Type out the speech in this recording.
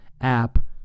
app